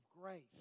grace